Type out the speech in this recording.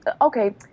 okay